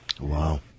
Wow